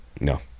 no